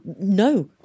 no